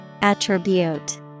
Attribute